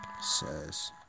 says